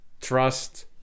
Trust